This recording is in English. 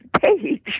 page